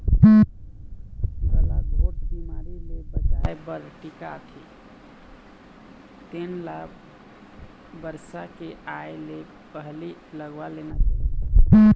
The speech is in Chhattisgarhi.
गलाघोंट बिमारी ले बचाए बर टीका आथे तेन ल बरसा के आए ले पहिली लगवा देना चाही